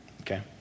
Okay